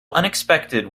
unexpected